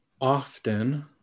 often